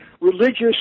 religious